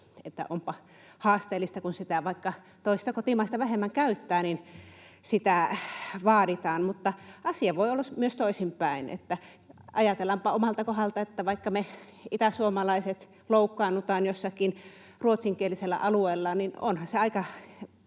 onpa haasteellista, että vaikka sitä toista kotimaista vähemmän käyttää, niin sitä vaaditaan. Asia voi olla myös toisinpäin, eli ajatellaanpa omalta kohdalta, että vaikka me itäsuomalaiset loukkaannutaan jossakin ruotsinkielisellä alueella, niin onhan se aika